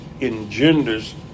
engenders